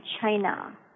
China